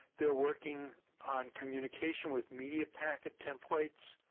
they are working on communication with media packet templates,